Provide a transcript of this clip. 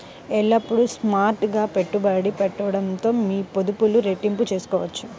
ఎల్లప్పుడూ స్మార్ట్ గా పెట్టుబడి పెట్టడంతో మీ పొదుపులు రెట్టింపు చేసుకోవచ్చు